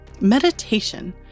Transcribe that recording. Meditation